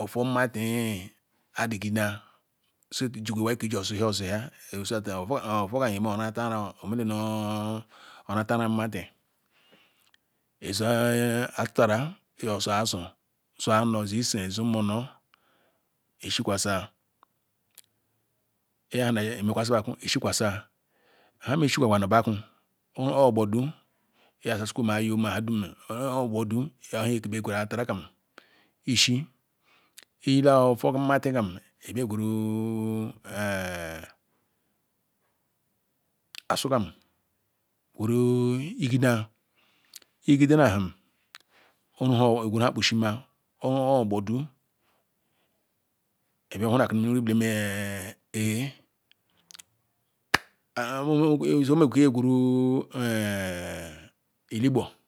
offor mate addigina except ijugu iwoi keh ijoh zuya ozuya se that offor kam njoh omeh orata-ara mata-ara mati izu atutak iyoh zu azu zu nnah zu iseh zu monoh ishi kwasia iyene mokwasi behku ishitwasia ham ishikwasila ni boh ku owere ojah gbordu ina sukuma n hadum mere ojoh gbordu igwere ata ra kam igishi iyila offor mati kam ibiagweru asu kam gweru igida igidona ham owere ornoho igweru nha kpushine-ah owere ordo gbordu ibia ohu ni mini wuri bete eyeh omeku ibia gweru eh eligbor